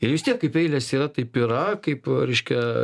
ir vis tiek kaip eilės yra taip yra kaip reiškia